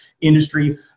industry